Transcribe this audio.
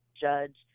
judge